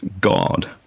God